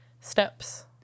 steps